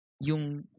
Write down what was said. yung